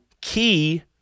key